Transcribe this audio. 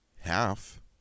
half